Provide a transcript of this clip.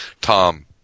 Tom